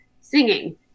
singing